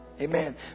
Amen